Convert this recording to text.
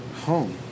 home